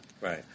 Right